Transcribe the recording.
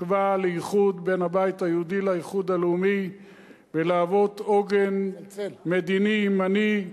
בתקווה לאיחוד בין הבית היהודי לאיחוד הלאומי ולהוות עוגן מדיני ימני,